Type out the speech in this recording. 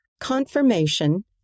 Confirmation